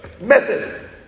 method